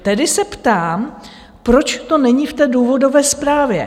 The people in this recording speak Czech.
Tedy se ptám, proč to není v té důvodové zprávě?